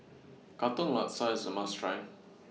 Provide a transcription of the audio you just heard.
Katong Laksa IS A must Try